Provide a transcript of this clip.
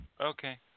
Okay